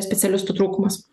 specialistų trūkumas